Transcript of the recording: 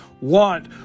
want